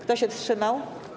Kto się wstrzymał?